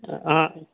आं